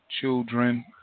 children